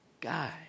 guy